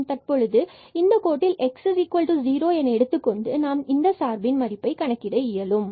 நாம் தற்பொழுது இந்த கோட்டில் x0 என எடுத்துக்கொண்டு நாம் இந்த fxy சார்பை கணக்கிட இயலும்